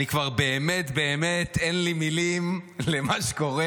כבר באמת באמת אין לי מילים למה שקורה.